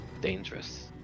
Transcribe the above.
dangerous